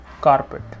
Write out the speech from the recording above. carpet